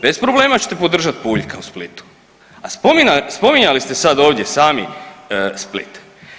Bez problema ćete podržati Puljka u Splitu, a spominjali ste sada ovdje sami Split.